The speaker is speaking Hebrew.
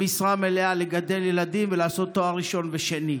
במשרה מלאה, לגדל ילדים ולעשות תואר ראשון ושני.